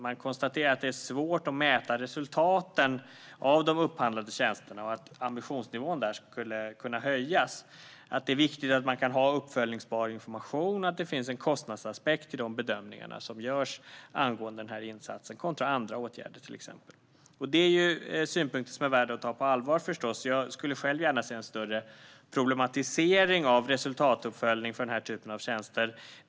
Man konstaterar att det är svårt att mäta resultaten av de upphandlade tjänsterna och att ambitionsnivån där skulle kunna höjas, att det är viktigt att man kan ha uppföljbar information och att det finns en kostnadsaspekt vid de bedömningar som görs angående den här insatsen kontra andra åtgärder. Det är förstås synpunkter som är värda att ta på allvar. Jag skulle själv gärna se en större problematisering av resultatuppföljning av den här typen av tjänster.